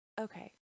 okay